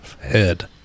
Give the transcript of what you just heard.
head